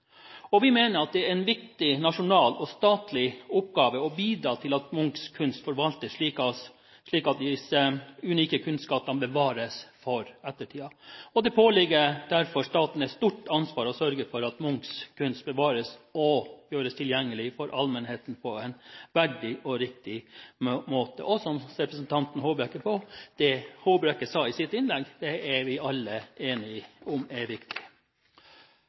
og statlig oppgave å bidra til at Munchs kunst forvaltes slik at disse unike kunstskattene bevares for ettertiden. Det påligger derfor staten et stort ansvar å sørge for at Munchs kunst bevares og gjøres tilgjengelig for allmennheten på en verdig og riktig måte. Som representanten Håbrekke sa i sitt innlegg: Det er vi alle enige om er